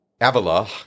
Avila